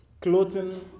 clothing